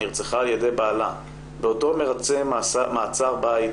נרצחה על ידי בעלה בעודו מרצה מעצר בית